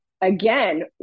again